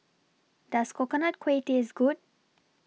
Does Coconut Kuih Taste Good